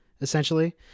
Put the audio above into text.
essentially